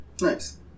Nice